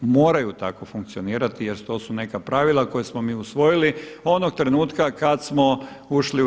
Moraju tako funkcionirati jer to su neka pravila koja smo mi usvojili onog trenutka kada smo ušli u EU.